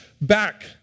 back